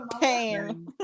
pain